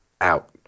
out